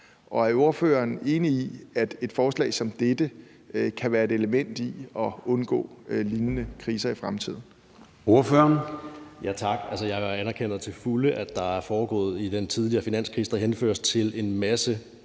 Og er ordføreren enig i, at et forslag som dette kan være et element i at undgå lignende kriser i fremtiden?